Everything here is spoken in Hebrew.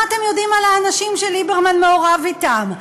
מה אתם יודעים על האנשים שליברמן מעורב אתם?